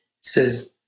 says